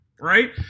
Right